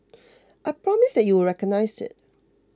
I promise that you will recognised it